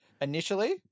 initially